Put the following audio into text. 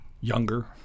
younger